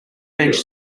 bench